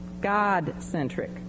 God-centric